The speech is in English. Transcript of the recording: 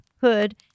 hood